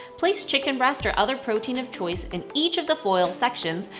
place chicken breast or other protein of choice in each of the foil sections,